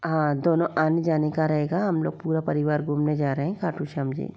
हाँ दोनों आने जाने का रहेगा हम लोग पूरा परिवार घूमने जा रहे हैं खाटू श्याम जी